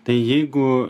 tai jeigu